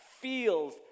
feels